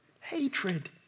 hatred